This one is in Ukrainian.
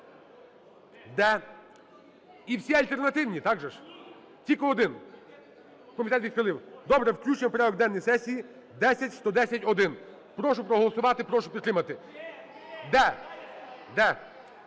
"д"… І всі альтернативні, так же ж ? Тільки один. Комітет відхилив. Добре, включення в порядок денний сесії 10110-1. Прошу проголосувати. Прошу підтримати. (Шум